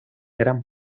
gran